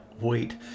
wait